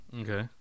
Okay